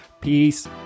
Peace